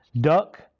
duck